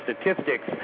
statistics